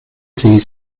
sie